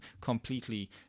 completely